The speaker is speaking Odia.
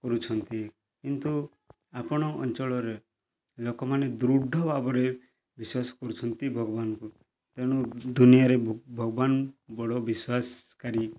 କରୁଛନ୍ତି କିନ୍ତୁ ଆପଣ ଅଞ୍ଚଳରେ ଲୋକମାନେ ଦୃଢ଼ ଭାବରେ ବିଶ୍ଵାସ କରୁଛନ୍ତି ଭଗବାନକୁ ତେଣୁ ଦୁନିଆରେ ଭଗବାନ ବଡ଼ ବିଶ୍ଵାସକାରୀ